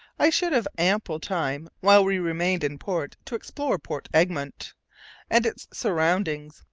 i should have ample time while we remained in port to explore port egmont and its surroundings,